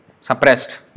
suppressed